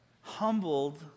humbled